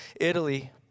Italy